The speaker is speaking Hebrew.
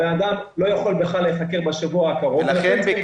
הבן אדם לא יכול בכלל להיחקר בשבוע הקרוב ולכן צריך למצוא פתרון